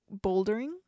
bouldering